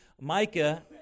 Micah